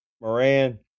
Moran